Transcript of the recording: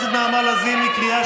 ניר, קריאה